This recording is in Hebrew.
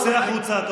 צא החוצה.